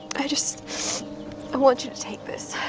i just, i want you to take this.